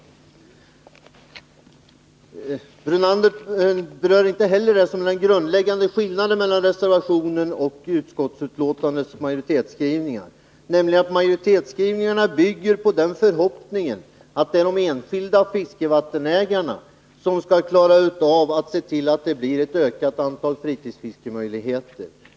Lennart Brunander berör inte heller den grundläggande skillnaden mellan reservanternas och utskottsmajoritetens skrivningar, nämligen att majoritetsskrivningen bygger på förhoppningen att de enskilda fiskevattensägarna skall se till att det blir ett ökat antal fritidsfiskemöjligheter.